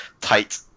tight